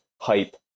hype